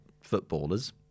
footballers